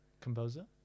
composer